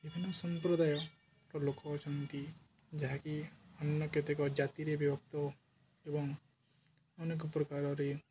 ବିଭିନ୍ନ ସମ୍ପ୍ରଦାୟର ଲୋକ ଅଛନ୍ତି ଯାହାକି ଅନ୍ୟ କେତେକ ଜାତିରେ ବିଭକ୍ତ ଏବଂ ଅନେକ ପ୍ରକାରରେ